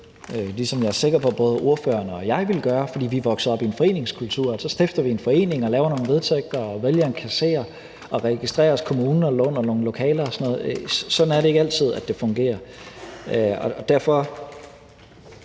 ligesom jeg er sikker på at både ordføreren og jeg ville gøre. For vi er vokset op i en foreningskultur, og så stifter vi en forening og laver nogle vedtægter og vælger en kasser og registrerer os hos kommunen og låner nogle lokaler og sådan noget. Sådan er det ikke altid det fungerer. Og derfor